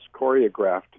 choreographed